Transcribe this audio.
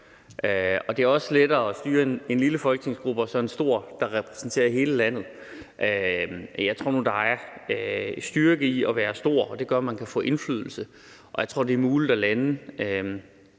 at det også er lettere at styre en lille folketingsgruppe end en stor, der repræsenterer landet. Jeg tror nu, der er styrke i at være stor, for det gør, at man kan få indflydelse, og jeg tror, det er muligt